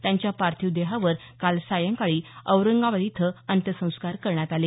त्यांच्या पार्थिव देहावर काल सायंकाळी औरंगाबाद इथं अंत्यसंस्कार करण्यात आले